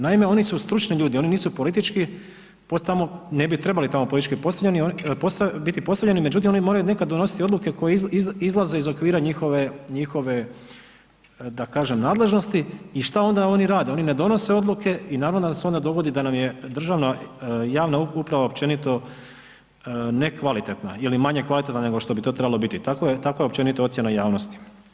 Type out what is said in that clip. Naime, oni su stručni ljudi oni nisu politički tamo, ne bi trebali tamo politički postavljeni, biti postavljeni, međutim oni moraju nekad donositi odluke koje izlaze iz okvira njihove da kažem nadležnosti i šta onda oni rade, oni ne donose odluke i naravno da se onda dogodi da nam je državna javna uprava općenito nekvalitetna ili manje kvalitetna nego što bi to trebalo biti, tako je općenito ocjena javnosti.